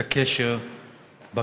לא צריך להיות גאון גדול כדי להבין את הקשר,